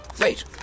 Wait